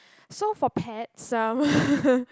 so for pets um